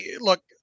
look